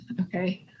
Okay